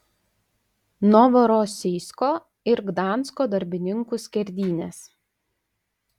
novorosijsko ir gdansko darbininkų skerdynės